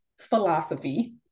philosophy